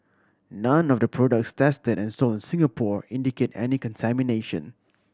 none of the products tested and sold Singapore indicate any contamination